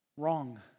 Wrong